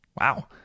Wow